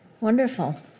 Wonderful